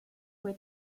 fue